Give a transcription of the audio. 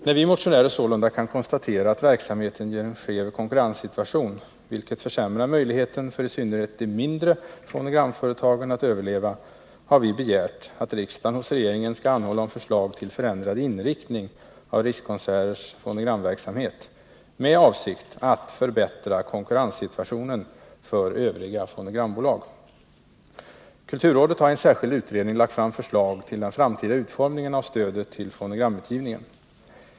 När vi motionärer sålunda kan konstatera att verksamheten ger en skev konkurrenssituation, vilket försämrar möjligheten för i synnerhet de mindre fonogramföretagen att överleva, har vi begärt att riksdagen hos regeringen skall anhålla om förslag till förändrad inriktning av Rikskonserters fonogramverksamhet med avsikt att förbättra konkurrenssituationen för övriga fonogrambolag. Kulturrådet har i en särskild utredning lagt fram förslag till den framtida utformningen av stödet till fonogramutgivningen.